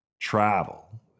Travel